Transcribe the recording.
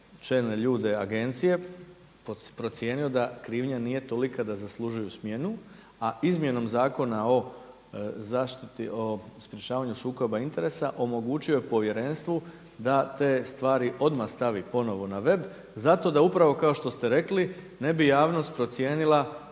čelne ljude Agencije procijenio da krivnja nije tolika da zaslužuju smjenu, a izmjenom Zakona o sprječavanju sukoba interesa omogućio je Povjerenstvu da te stvari odmah stavi ponovno na web. zato da upravo kao što ste rekli ne bi javnost procijenila da